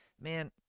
man